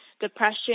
depression